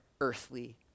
earthly